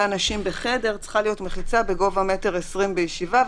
אנשים בחדר צריכה להיות מחיצה בגובה 1.20 מטר בישיבה,